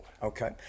Okay